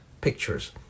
pictures